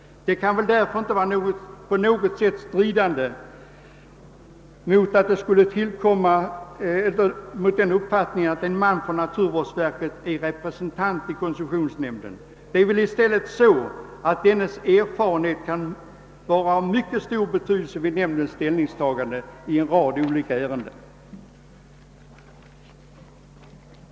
Det kan därför inte på något sätt strida mot någons uppfattning att en man från naturvårdsverket är representant i nämnden. Det är väl i stället så, att dennes erfarenhet kan vara av mycket stor betydelse vid nämndens ställningstagande i en rad olika ärenden.